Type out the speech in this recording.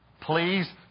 Please